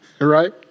right